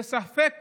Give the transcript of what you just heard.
וספק